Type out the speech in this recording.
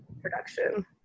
production